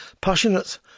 Passionate